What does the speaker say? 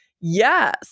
yes